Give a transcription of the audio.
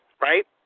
right